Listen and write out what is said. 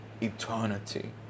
eternity